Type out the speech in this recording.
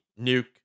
nuke